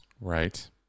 right